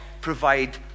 provide